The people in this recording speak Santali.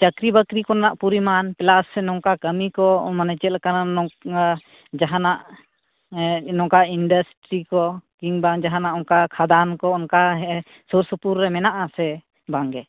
ᱪᱟᱠᱨᱤᱼᱵᱟᱠᱨᱤ ᱠᱚᱨᱮᱱᱟᱜ ᱯᱚᱨᱤᱢᱟᱱ ᱯᱞᱟᱥ ᱱᱚᱝᱠᱟ ᱠᱟᱹᱢᱤ ᱠᱚ ᱢᱟᱱᱮ ᱪᱮᱫᱞᱮᱠᱟᱱᱟᱜ ᱱᱚᱝᱠᱟ ᱡᱟᱦᱟᱸᱱᱟᱜ ᱱᱚᱝᱠᱟ ᱤᱱᱰᱟᱥᱴᱨᱤ ᱠᱚ ᱠᱤᱝᱵᱟ ᱡᱟᱦᱟᱸᱱᱟᱜ ᱚᱱᱠᱟ ᱠᱷᱟᱫᱟᱱ ᱠᱚ ᱚᱱᱠᱟ ᱥᱩᱨ ᱥᱩᱯᱩᱨ ᱨᱮ ᱢᱮᱱᱟᱜᱼᱟᱥᱮ ᱵᱟᱝᱜᱮ